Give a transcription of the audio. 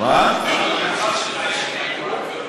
המשרד שלך אישר?